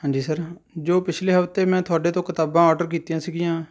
ਹਾਂਜੀ ਸਰ ਜੋ ਪਿਛਲੇ ਹਫਤੇ ਮੈਂ ਤੁਹਾਡੇ ਤੋਂ ਕਿਤਾਬਾਂ ਓਡਰ ਕੀਤੀਆਂ ਸੀਗੀਆਂ